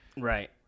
right